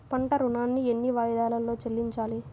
పంట ఋణాన్ని ఎన్ని వాయిదాలలో చెల్లించాలి?